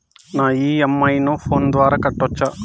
నా ఇ.ఎం.ఐ ను ఫోను ద్వారా కట్టొచ్చా?